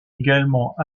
également